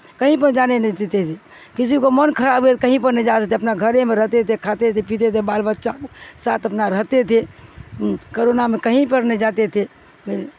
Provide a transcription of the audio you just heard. کہیں پر جانے نہیں دیتے تھے کسی کو من خراب ہوئے کہیں پر نہیں جاتے تھے اپنا گھر ہی میں رہتے تھے کھاتے تھے پیتے تھے بال بچہ ساتھ اپنا رہتے تھے کرونا میں کہیں پر نہیں جاتے تھے